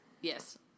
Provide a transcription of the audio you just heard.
Yes